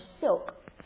silk